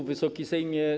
Wysoki Sejmie!